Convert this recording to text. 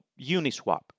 Uniswap